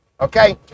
Okay